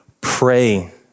pray